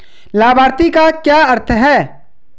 लाभार्थी का क्या अर्थ है?